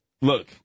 look